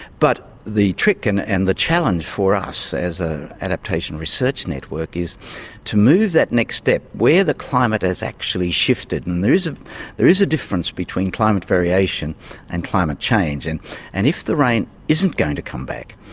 but the trick and and the challenge for us as an ah adaptation research network is to move that next step. where the climate has actually shifted, and there is ah there is a difference between climate variation and climate change, and and if the rain isn't going to come back,